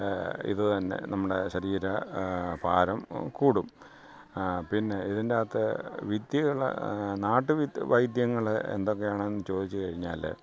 ഇത് തന്നെ നമ്മുടെ ശരീര ഭാരം കൂടും പിന്നെ ഇതിൻറ്റകത്ത് വിദ്യകൾ നാട്ട് വി വൈദ്യങ്ങൾ എന്തൊക്കെയാണെന്ന് ചോദിച്ച് കഴിഞ്ഞാൽ